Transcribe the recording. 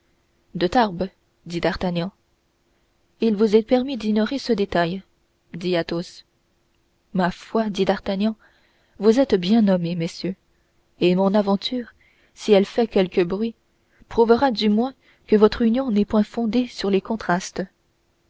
de tarbes dit d'artagnan il vous est permis d'ignorer ce détail dit athos ma foi dit d'artagnan vous êtes bien nommés messieurs et mon aventure si elle fait quelque bruit prouvera du moins que votre union n'est point fondée sur les contrastes